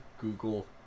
Google